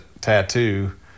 tattoo